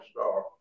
star